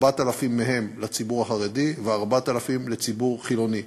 4,000 מהן לציבור החרדי ו-4,000 לציבור חילוני.